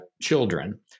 children